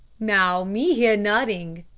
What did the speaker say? now, me hear noting,